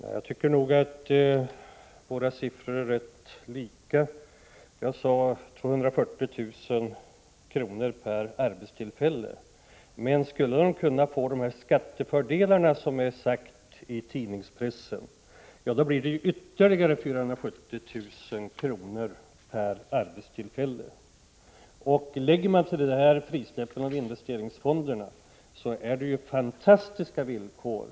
Herr talman! Jag tycker att våra siffror är rätt lika. Jag sade 240 000 kr. per arbetstillfälle, men om Volvo skulle få de skattefördelar som nämnts i tidningspressen blir det ytterligare 470 000 kr. per arbetstillfälle. Lägger man till detta frisläppandet av investeringsfonderna är det fantastiska villkor som Prot.